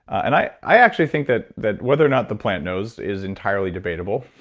and i i actually think that that whether or not the plant knows is entirely debatable,